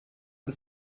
ein